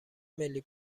ملی